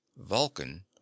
vulcan